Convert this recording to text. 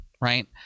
right